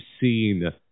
seen